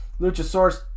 Luchasaurus